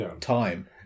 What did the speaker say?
time